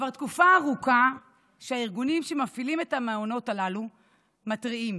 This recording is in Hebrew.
כבר תקופה ארוכה שהארגונים המפעילים את המעונות הללו מתריעים: